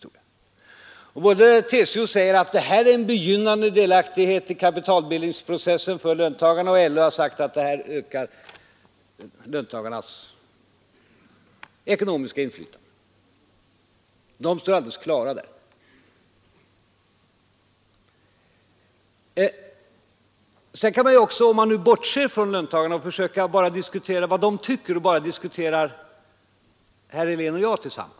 TCO säger att ett genomförande av förslaget innebär en begynnande delaktighet i kapitalbildningsprocessen för löntagarna, och LO säger att det ökar löntagarnas ekonomiska inflytande. Det står alldeles klart. Men om vi för ett ögonblick bortser från vad löntagarna tycker, skulle jag vilja diskutera frågan med herr Helén på följande sätt.